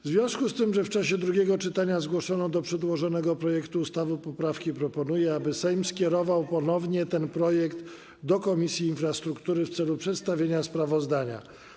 W związku z tym, że w czasie drugiego czytania zgłoszono do przedłożonego projektu ustawy poprawki, proponuję, aby Sejm skierował ponownie ten projekt do Komisji Infrastruktury w celu przedstawienia sprawozdania.